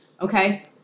Okay